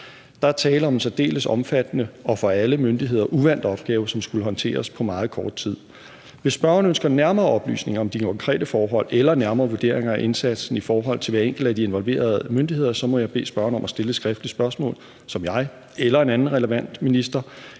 var tale om en særdeles omfattende og for alle myndigheder uvant opgave, som skulle håndteres på meget kort tid. Hvis spørgeren ønsker nærmere oplysninger om de konkrete forhold eller nærmere vurderinger af indsatsen i forhold til hver enkelt af de involverede myndigheder, må jeg bede spørgeren om at stille et skriftligt spørgsmål, som jeg eller en anden relevant minister